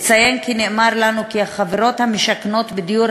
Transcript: אציין שנאמר לנו כי החברות המשכנות בדיור